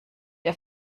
der